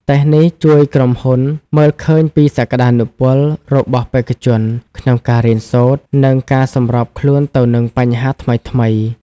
តេស្តនេះជួយក្រុមហ៊ុនមើលឃើញពីសក្តានុពលរបស់បេក្ខជនក្នុងការរៀនសូត្រ និងការសម្របខ្លួនទៅនឹងបញ្ហាថ្មីៗ។